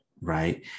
right